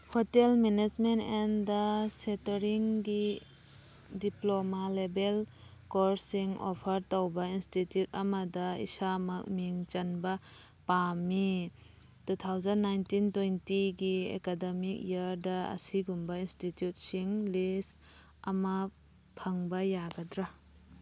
hotel management and ꯁꯦꯇꯔꯤꯡꯒꯤ diploma ꯂꯦꯕꯦꯜ ꯀꯣꯔꯁꯁꯤꯡ ꯑꯣꯐꯔ ꯇꯧꯕ ꯏꯟꯁꯇꯤꯇ꯭ꯌꯨꯠ ꯑꯃꯗ ꯏꯁꯥꯃꯛ ꯃꯤꯡ ꯆꯟꯕ ꯄꯥꯝꯃꯤ ꯇꯨ ꯊꯥꯎꯖꯟ ꯅꯥꯏꯟꯇꯤꯟ ꯇ꯭ꯋꯦꯟꯇꯤꯒꯤ ꯑꯦꯀꯥꯗꯃꯤꯛ ꯏꯌꯔꯗ ꯑꯁꯤꯒꯨꯝꯕ ꯏꯟꯁꯇꯤꯇ꯭ꯌꯨꯠꯁꯤꯡ ꯂꯤꯁ ꯑꯃ ꯐꯪꯕ ꯌꯥꯒꯗ꯭ꯔ